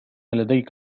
لديك